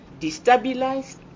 destabilized